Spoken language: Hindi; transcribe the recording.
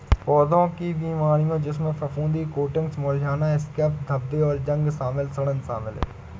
पौधों की बीमारियों जिसमें फफूंदी कोटिंग्स मुरझाना स्कैब्स धब्बे जंग और सड़ांध शामिल हैं